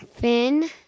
Finn